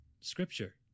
scripture